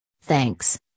Thanks